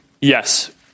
yes